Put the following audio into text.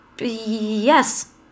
Yes